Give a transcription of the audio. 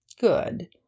Good